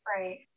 Right